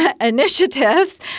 initiatives